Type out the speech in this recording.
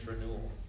renewal